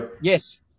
Yes